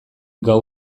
gau